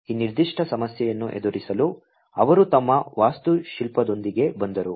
ಈ ನಿರ್ದಿಷ್ಟ ಸಮಸ್ಯೆಯನ್ನು ಎದುರಿಸಲು ಅವರು ತಮ್ಮ ವಾಸ್ತುಶಿಲ್ಪದೊಂದಿಗೆ ಬಂದರು